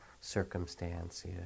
circumstance